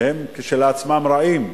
שהם כשלעצמם רעים,